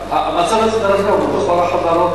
המצב הזה, דרך אגב, הוא בכל החברות.